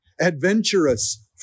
adventurous